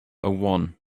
one